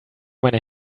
meine